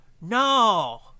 no